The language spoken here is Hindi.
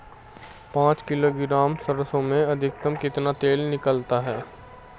पाँच किलोग्राम सरसों में अधिकतम कितना तेल निकलता है?